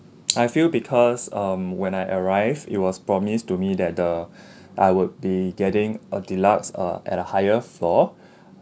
I feel because um when I arrived it was promise to me that the I would be getting a deluxe uh at a higher floor